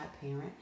parent